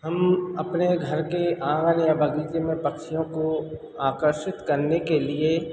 हम अपने घर के आँगन या बगीचे में पक्षियों को आकर्षित करने के लिए